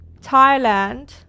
Thailand